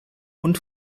und